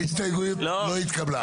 ההסתייגות לא התקבלה.